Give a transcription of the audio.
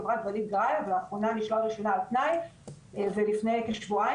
חברת "וליד גרייב" לאחרונה נשלל רישיונה על תנאי ולפני כשבועיים